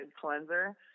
cleanser